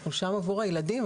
אנחנו שם עבור הילדים,